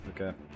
Okay